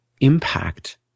impact